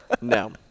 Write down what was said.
no